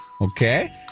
Okay